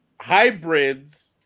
hybrids